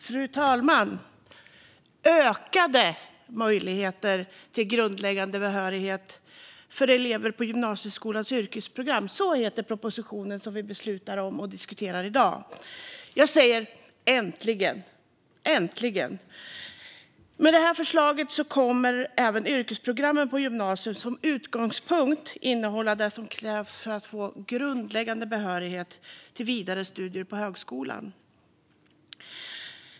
Fru talman! Ökade möjligheter till grundläggande behörighet för elever på gymnasieskolans yrkesprogram - så heter propositionen som vi debatterar och beslutar om i dag. Äntligen! säger jag. Äntligen! Med det här förslaget kommer även yrkesprogrammen på gymnasiet att som utgångspunkt innehålla det som krävs för att få grundläggande behörighet till vidare studier på högskolan.